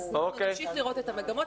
אז אנחנו נמשיך לראות את המגמות,